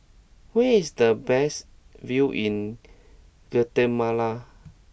where is the best view in Guatemala